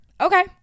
Okay